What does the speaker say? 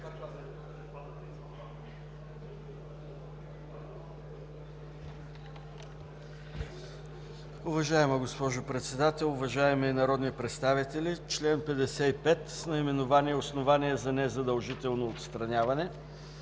Уважаема госпожо Председател, уважаеми народни представители! „Член 55 – Основания за незадължително отстраняване”.